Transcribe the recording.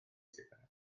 sigaréts